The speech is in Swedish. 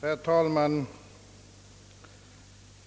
Herr talman!